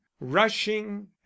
rushing